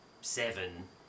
seven